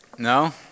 No